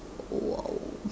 !whoa!